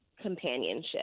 companionship